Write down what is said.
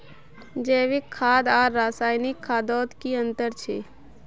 जैविक खाद आर रासायनिक खादोत की अंतर छे?